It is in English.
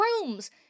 rooms